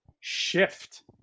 shift